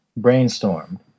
brainstormed